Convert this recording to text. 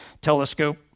telescope